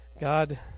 God